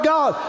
God